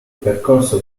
percorso